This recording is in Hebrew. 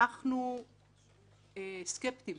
אנחנו סקפטיים